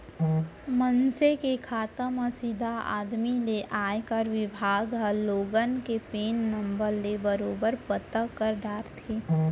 मनसे के खाता म सीधा आमदनी ले आयकर बिभाग ह लोगन के पेन नंबर ले बरोबर पता कर डारथे